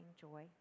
joy